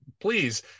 please